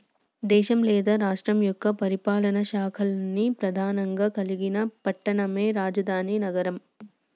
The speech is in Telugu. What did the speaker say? దేశం లేదా రాష్ట్రం యొక్క పరిపాలనా శాఖల్ని ప్రెధానంగా కలిగిన పట్టణమే రాజధాని నగరం